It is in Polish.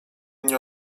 nie